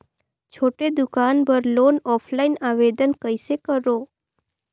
छोटे दुकान बर लोन ऑफलाइन आवेदन कइसे करो?